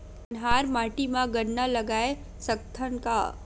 कन्हार माटी म गन्ना लगय सकथ न का?